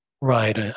Right